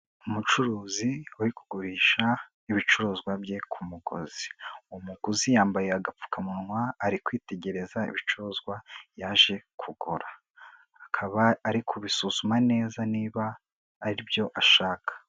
Umucuruzi uri kugurisha ibicuruzwa bye ku mugozi, umuguzi yambaye agapfukamunwa ari kwitegereza ibicuruzwa yaje kugura, akaba ari kubisuzuma neza niba aribyo ashaka.